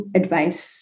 advice